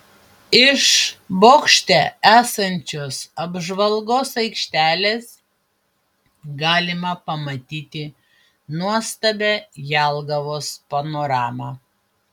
iš bokšte esančios apžvalgos aikštelės galima pamatyti nuostabią jelgavos panoramą